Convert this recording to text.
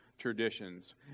traditions